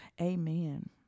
Amen